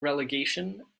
relegation